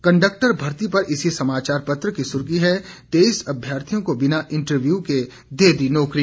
conductor भर्ती पर इसी समाचार पत्र की सुर्खी है तेइस अभ्यर्थियों को बिना इंटरव्यू ही दे दी नौकरी